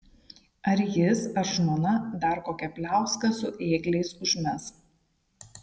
ar jis ar žmona dar kokią pliauską su ėgliais užmes